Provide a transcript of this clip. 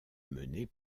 menés